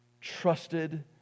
trusted